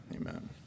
amen